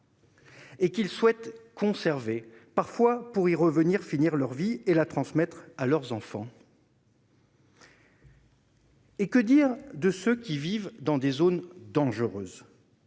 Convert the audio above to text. et qu'ils souhaitent conserver, parfois pour y revenir finir leur vie et la transmettre à leurs enfants. Et que dire de ceux qui vivent dans des zones dangereuses